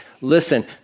listen